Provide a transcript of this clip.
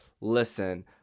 listen